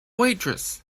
waitress